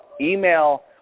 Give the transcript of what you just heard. email